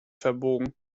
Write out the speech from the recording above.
verbogen